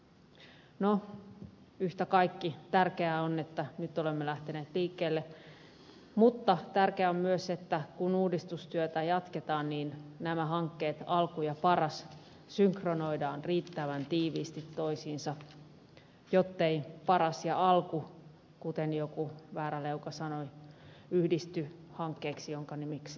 no yhtä kaikki tärkeää on että nyt olemme lähteneet liikkeelle mutta tärkeää on myös että kun uudistustyötä jatketaan nämä hankkeet alku ja paras synkronoidaan riittävän tiiviisti toisiinsa jotteivät paras ja alku kuten joku vääräleuka sanoi yhdisty hankkeeksi jonka nimeksi tulee parku